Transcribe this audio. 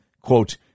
quote